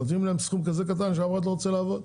נותנים להם סכום כזה קטן שאף אחד לא רוצה לעבוד.